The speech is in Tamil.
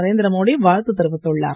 நரேந்திரமோடி வாழ்த்து தெரிவித்துள்ளார்